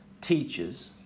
teaches